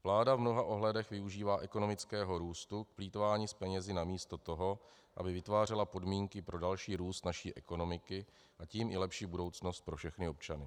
Vláda v mnoha ohledech využívá ekonomického růstu k plýtvání penězi namísto toho, aby vytvářela podmínky pro další růst naší ekonomiky, a tím i lepší budoucnosti pro všechny občany.